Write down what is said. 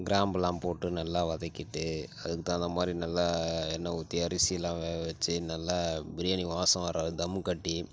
கிராம்புலாம் போட்டு நல்லா வதக்கிகிட்டு அதுக்கு தகுந்த மாரி நல்லா எண்ணெய் ஊற்றி அரிசிலாம் வேக வச்சு நல்லா பிரியாணி வாசம் வர வரை தம் கட்டி